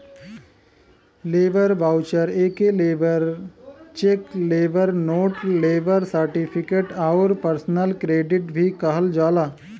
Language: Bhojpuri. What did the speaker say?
लेबर वाउचर एके labour cheque, labour note, labour certificate आउर पर्सनल क्रेडिट भी कहल जाला